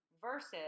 versus